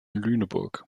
lüneburg